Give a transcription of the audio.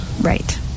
right